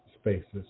spaces